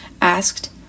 asked